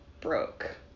broke